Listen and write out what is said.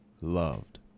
loved